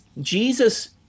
Jesus